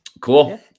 Cool